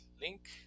link